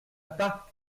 pas